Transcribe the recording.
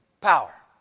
power